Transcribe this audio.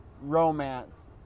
romance